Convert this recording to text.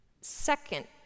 Second